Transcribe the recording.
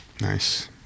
Nice